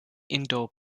indoor